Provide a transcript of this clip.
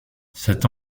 cette